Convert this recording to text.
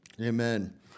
Amen